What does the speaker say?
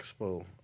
expo